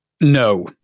no